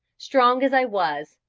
strong as i was,